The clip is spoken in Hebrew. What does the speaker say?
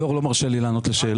היושב ראש לא מרשה לי לענות לשאלות.